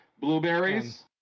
Blueberries